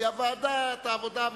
והיא ועדת העבודה,